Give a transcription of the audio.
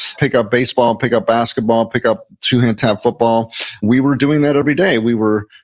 pick-up baseball, and pick-up basketball, pick-up two-hand tap football we were doing that every day. we were